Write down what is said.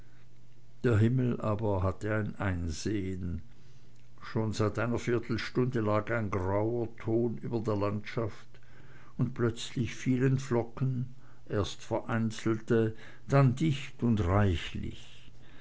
der himmel hatte aber ein einsehn schon seit einer viertelstunde lag ein grauer ton über der landschaft und plötzlich fielen flocken erst vereinzelte dann dicht und reichlich